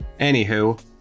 anywho